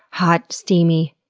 hot, steamy,